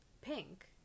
pink